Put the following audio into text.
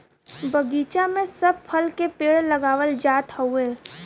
बगीचा में सब फल के पेड़ लगावल जात हउवे